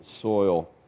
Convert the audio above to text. soil